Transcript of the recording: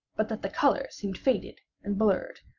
but that the colors seemed faded and blurred,